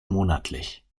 monatlich